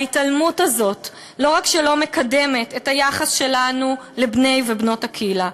ההתעלמות הזאת לא רק שלא מקדמת את היחס שלנו לבני ובנות הקהילה,